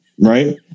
right